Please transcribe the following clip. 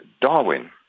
Darwin